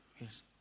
yes